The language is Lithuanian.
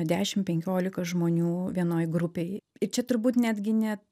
dešim penkiolika žmonių vienoj grupėj ir čia turbūt netgi ne